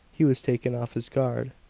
he was taken off his guard.